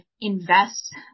invest